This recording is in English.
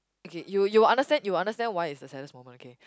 okay you'll you'll understand you'll understand why is the saddest moment okay